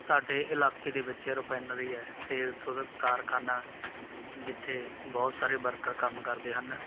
ਸਾਡੇ ਇਲਾਕੇ ਦੇ ਵਿੱਚ ਰਿਫਾਇਨਰੀ ਹੈ ਤੇਲ ਸੋਧਕ ਕਾਰਖਾਨਾ ਜਿੱਥੇ ਬਹੁਤ ਸਾਰੇ ਵਰਕਰ ਕੰਮ ਕਰਦੇ ਹਨ